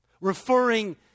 Referring